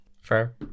Fair